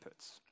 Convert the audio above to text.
inputs